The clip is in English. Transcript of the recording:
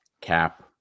cap